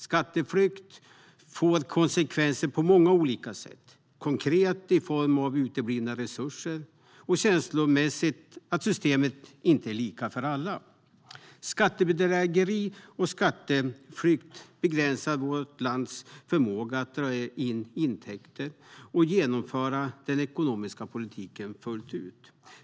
Skatteflykt får konsekvenser på många olika sätt, konkret i form av uteblivna resurser och känslomässigt när systemet inte är lika för alla. Skattebedrägeri och skatteflykt begränsar vårt lands förmåga att dra in intäkter och genomföra den ekonomiska politiken fullt ut.